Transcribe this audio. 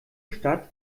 stadt